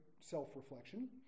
self-reflection